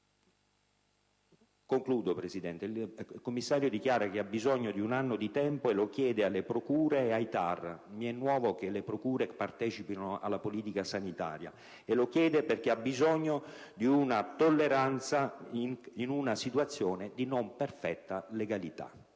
sanitario nazionale, il commissario dichiara di aver bisogno di un anno di tempo, lo chiede alle procure e ai TAR (mi è nuovo che le procure partecipino alla politica sanitaria), e lo chiede perché ha bisogno di una tolleranza in una situazione di non perfetta legalità.